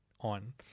on